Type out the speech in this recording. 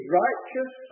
righteous